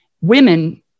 Women